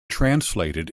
translated